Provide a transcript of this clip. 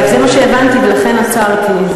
זה מה שהבנתי ולכן עצרתי.